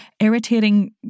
irritating